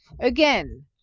again